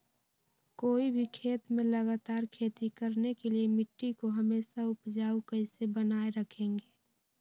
कोई भी खेत में लगातार खेती करने के लिए मिट्टी को हमेसा उपजाऊ कैसे बनाय रखेंगे?